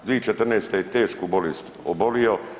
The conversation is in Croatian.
2014. je tešku bolest obolio.